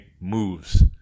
moves